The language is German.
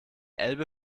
elbe